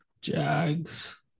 Jags